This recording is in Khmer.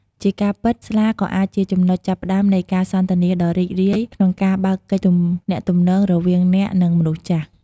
ជាការពិត ស្លាក៏អាចជាចំណុចចាប់ផ្តើមនៃការសន្ទនាដ៏រីករាយក្នុងការបើកកិច្ចទំនាក់ទំនង រវាងអ្នក និងមនុស្សចាស់។